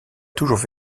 toujours